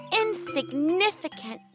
insignificant